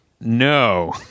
No